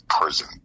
prison